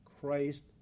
Christ